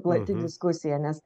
plati diskusija nes